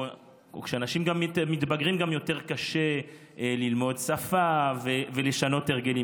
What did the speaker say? כשאנשים מתבגרים גם יותר קשה ללמוד שפה ולשנות הרגלים.